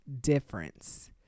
difference